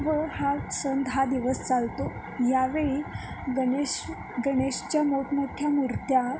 व हा सण दहा दिवस चालतो यावेळी गणेश गणेशाच्या मोठमोठ्या मुर्त्या